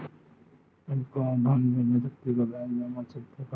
गौधन योजना छत्तीसगढ़ राज्य मा चलथे का?